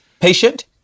Patient